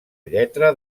lletra